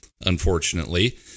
unfortunately